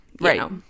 right